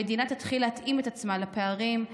המדינה תתחיל להתאים את עצמה לפערים,